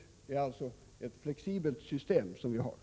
Det är alltså ett flexibelt system som vi har.